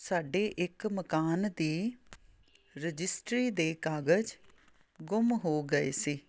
ਸਾਡੇ ਇੱਕ ਮਕਾਨ ਦੀ ਰਜਿਸਟਰੀ ਦੇ ਕਾਗਜ਼ ਗੁੰਮ ਹੋ ਗਏ ਸੀ